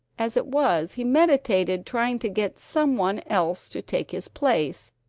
as it was, he meditated trying to get some one else to take his place,